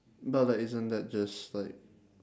but like isn't that just like